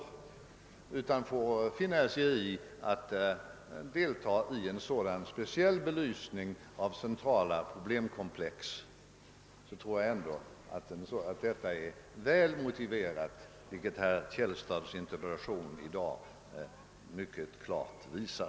Han får i stället finna sig i att delta i en speciell belysning av centrala problemkomplex. Därför menar jag det är väl motiverat att ta upp sådana saker separat, vilket herr Källstads interpellation i dag mycket klart visar.